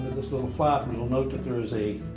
this little flap, you'll note that there is a